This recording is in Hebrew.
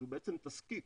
שהוא בעצם תזקיק,